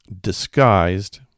disguised